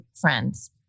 friends